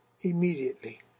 immediately